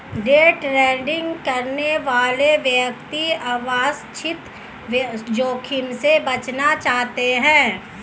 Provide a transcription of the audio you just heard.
day trading करने वाले व्यक्ति अवांछित जोखिम से बचना चाहते हैं